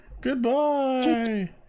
Goodbye